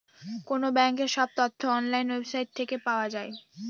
কোনো ব্যাঙ্কের সব তথ্য অনলাইন ওয়েবসাইট থেকে পাওয়া যায়